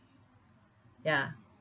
ya